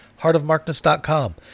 heartofmarkness.com